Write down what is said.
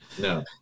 No